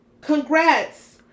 Congrats